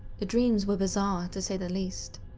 the dreams were bizarre to say the least.